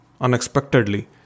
unexpectedly